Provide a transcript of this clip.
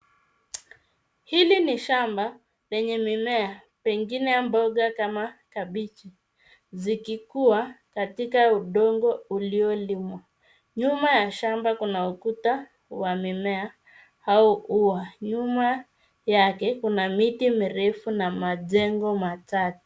Hili ni shamba, lenye mimea, pengine ya mboga kama kabichi, zikikua katika udongo uliolimwa. Nyuma ya shamba kuna ukuta wa mimea au ua. Nyuma yake kuna miti mirefu na majengo matatu.